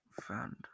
found